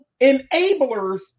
enablers